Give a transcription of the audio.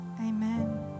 Amen